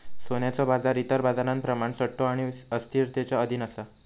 सोन्याचो बाजार इतर बाजारांप्रमाण सट्टो आणि अस्थिरतेच्या अधीन असा